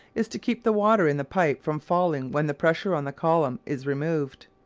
is to keep the water in the pipe from falling when the pressure on the column is removed.